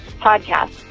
podcast